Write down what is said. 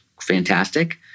Fantastic